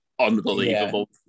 unbelievable